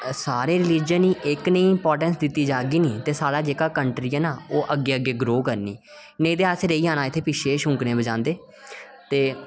सारे रिलीजन गी इक नेही इम्पारटैंस दित्ती जागी निं ते साढ़ा जेह्का कंट्री ऐ न ओह् अग्गै अग्गै ग्रो करनी नेईं तां अस रेही जाना इत्थै पिच्छै शुनकनें बजांदे ते